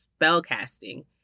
spellcasting